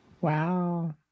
Wow